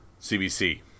CBC